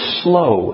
slow